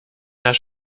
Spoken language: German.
das